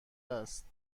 است